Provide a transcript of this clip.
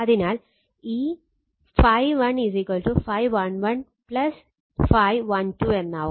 അതിനാൽ ഈ ∅1∅11∅12 എന്നാവും